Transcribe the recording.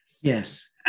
Yes